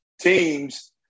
teams